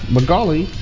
Magali